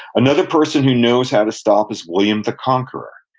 another person who knows how to stop is william the conqueror.